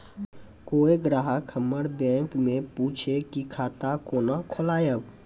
कोय ग्राहक हमर बैक मैं पुछे की खाता कोना खोलायब?